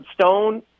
Stone